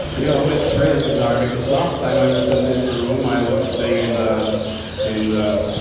you know it's really bizarre because last time i was in this room, i was sitting in the in the